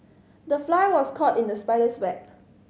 the fly was caught in the spider's web